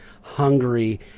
hungry